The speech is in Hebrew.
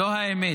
זו האמת.